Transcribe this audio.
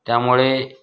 त्यामुळे